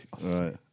Right